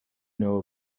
know